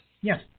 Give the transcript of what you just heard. Yes